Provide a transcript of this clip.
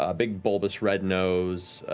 ah big bulbous red nose,